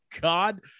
God